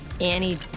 Annie